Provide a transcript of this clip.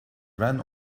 ran